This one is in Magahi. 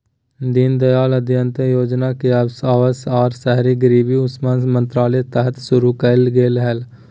दीनदयाल अंत्योदय योजना के अवास आर शहरी गरीबी उपशमन मंत्रालय तहत शुरू कइल गेलय हल